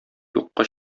юкка